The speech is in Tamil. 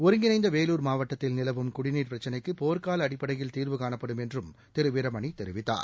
ஒருங்கிணைந்த வேலூர் மாவட்டத்தில் நிலவும் குடிநீர் பிரச்சினைக்கு போர்க்கால அடிப்படையில் தீர்வு காணப்படும் என்றும் திரு வீரமணி தெரிவித்தார்